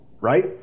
right